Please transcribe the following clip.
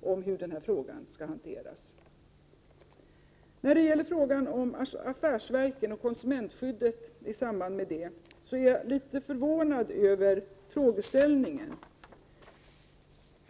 om hur denna fråga skall hanteras. När det gäller frågan om affärsverken och konsumentskyddet i samband med dessa är jag litet förvånad över frågeställningen.